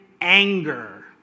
anger